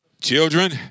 Children